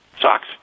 socks